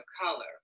color